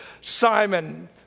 Simon